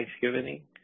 Thanksgiving